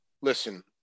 listen